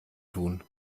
tun